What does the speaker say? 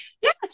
yes